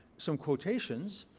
some quotations.